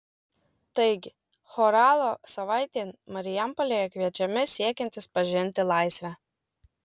taigi choralo savaitėn marijampolėje kviečiami siekiantys pažinti laisvę